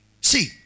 See